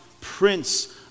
Prince